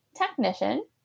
Technician